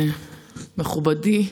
מכובדי,